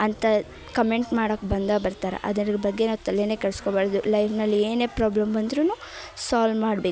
ಅಂತ ಕಮೆಂಟ್ ಮಾಡೋಕೆ ಬಂದೇ ಬರ್ತಾರೆ ಅದರ ಬಗ್ಗೆ ನಾವು ತಲೆನೇ ಕೆಡ್ಸ್ಕೊಬಾರದು ಲೈಫ್ನಲ್ಲಿ ಏನೆ ಪ್ರಾಬ್ಲಮ್ ಬಂದ್ರು ಸಾಲ್ವ್ ಮಾಡ್ಬೇ